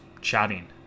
chatting